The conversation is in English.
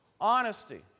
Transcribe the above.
Honesty